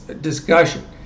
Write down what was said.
discussion